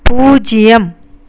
பூஜ்ஜியம்